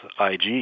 IG